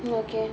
mmhmm okay